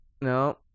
No